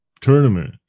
tournament